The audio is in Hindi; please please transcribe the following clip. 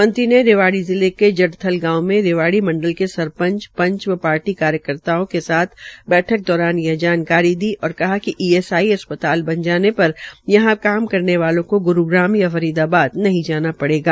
मंत्री रिवाड़ी जिले के जडथल गांव में रिवाड़ी मंडल के सरपंच पंच व पार्टी कार्यकर्ताओं के साथ बैठक के दौरान यह जानकारी दी और कहा कि ईएसआई अस्पताल बन जाने पर यहां काम करने वालों को ग्रूग्राम या फरीदाबाद नहीं जाना पड़ेगा